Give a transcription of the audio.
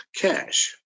cash